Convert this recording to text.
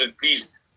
please